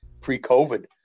pre-COVID